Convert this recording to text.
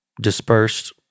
dispersed